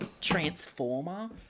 Transformer